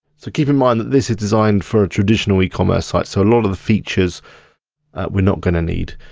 so keep in mind that this is designed for a traditional e-commerce site, so a lot of the features we're not gonna need.